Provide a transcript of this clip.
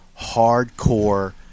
hardcore